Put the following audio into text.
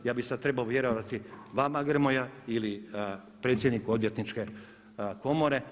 Ja bih sad trebao vjerovati vama Grmoja ili predsjedniku Odvjetničke komore.